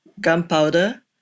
Gunpowder